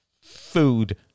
food